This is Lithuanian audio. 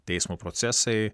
teismo procesai